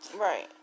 Right